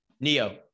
Neo